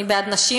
אני בעד נשים.